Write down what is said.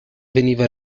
veniva